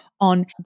on